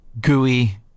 gooey